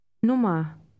Nummer